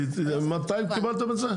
מתי קיבלתם את זה?